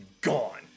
gone